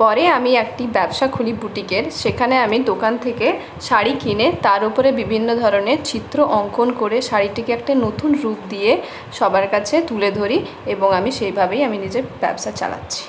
পরে আমি একটি ব্যবসা খুলি বুটিকের সেখানে আমি দোকান থেকে শাড়ি কিনে তার উপরে বিভিন্ন ধরণের চিত্র অঙ্কন করে শাড়িটিকে একটা নতুন রূপ দিয়ে সবার কাছে তুলে ধরি এবং আমি সেভাবেই আমি নিজের ব্যবসা চালাচ্ছি